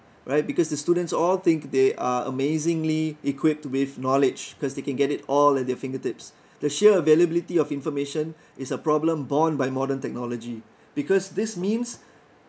right because the students all think they are amazingly equipped with knowledge because they can get it all at their fingertips the sheer availability of information is a problem borne by modern technology because this means